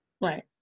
Right